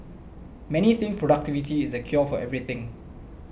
many think productivity is the cure for everything